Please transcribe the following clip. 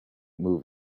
move